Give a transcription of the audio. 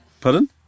Pardon